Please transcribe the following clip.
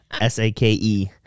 S-A-K-E